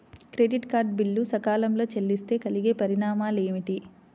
Credit card bill సకాలంలో చెల్లిస్తే కలిగే పరిణామాలేమిటి?